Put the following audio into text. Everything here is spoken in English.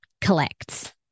collects